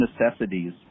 necessities